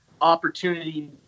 opportunity